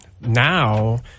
Now